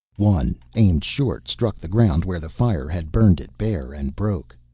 one, aimed short, struck the ground where the fire had burned it bare, and broke.